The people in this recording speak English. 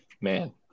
man